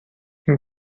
این